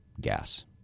gas